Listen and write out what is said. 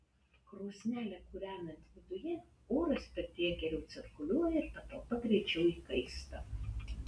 krosnelę kūrenant viduje oras pirtyje geriau cirkuliuoja ir patalpa greičiau įkaista